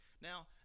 Now